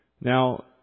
Now